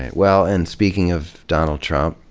and well, and speaking of donald trump,